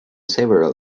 several